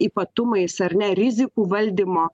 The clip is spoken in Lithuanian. ypatumais ar ne rizikų valdymo